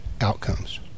outcomes